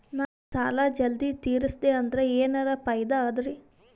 ನಾ ಈ ಸಾಲಾ ಜಲ್ದಿ ತಿರಸ್ದೆ ಅಂದ್ರ ಎನರ ಫಾಯಿದಾ ಅದರಿ?